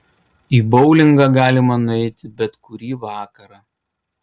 į boulingą galima nueiti bet kurį vakarą